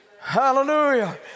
Hallelujah